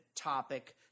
topic